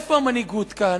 איפה המנהיגות כאן,